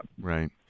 Right